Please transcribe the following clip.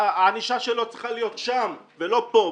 הענישה שלו צריכה להיות שם ולא פה.